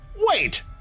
Wait